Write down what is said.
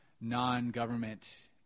non-government